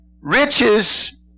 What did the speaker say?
Riches